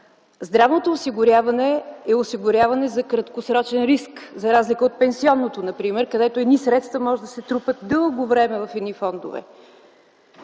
Здравното осигуряване е осигуряване за краткосрочен риск, за разлика от пенсионното например, където едни средства могат да се трупат дълго време в едни фондове.